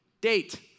date